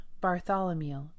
Bartholomew